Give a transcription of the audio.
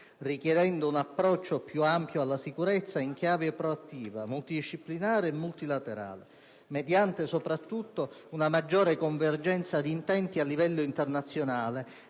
richiedendo un approccio più ampio alla sicurezza, in chiave proattiva, multidisciplinare e multilaterale, mediante soprattutto una maggiore convergenza di intenti a livello internazionale